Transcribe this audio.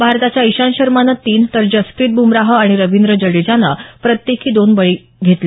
भारताच्या इशांत शर्मानं तीन तर जसप्रीत ब्मराह आणि रविंद्र जाडेजानं प्रत्येकी दोन गडी बाद घेतले